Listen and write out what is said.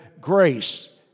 grace